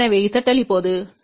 எனவே zL இப்போது 10050 2 j 0